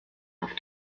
auf